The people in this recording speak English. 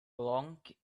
long